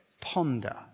Ponder